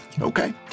Okay